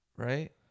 Right